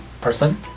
person